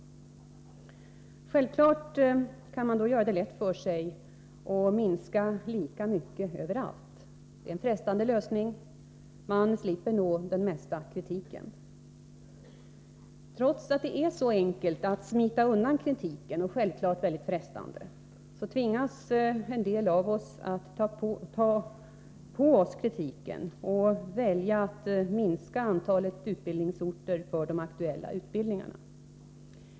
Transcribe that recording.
Självfallet kan man då göra det lätt för sig och minska lika mycket överallt. Det är en frestande lösning — man slipper då den mesta kritiken. Trots att det är så lätt och frestande att smita undan kritiken, tvingas en del av oss att ta på oss kritiken och föreslå minskningar av antalet utbildningsorter för de aktuella utbildningarna.